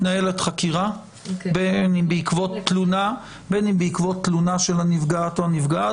מתנהלת חקירה בעקבות תלונה של הנפגעת,